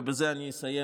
ובזה אני אסיים,